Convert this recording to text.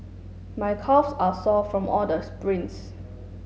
my calves are sore from all the sprints